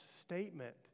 statement